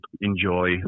enjoy